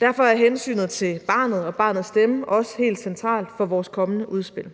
Derfor er hensynet til barnet og barnets stemme også helt centralt for vores kommende udspil.